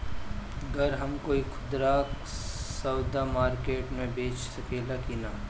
गर हम कोई खुदरा सवदा मारकेट मे बेच सखेला कि न?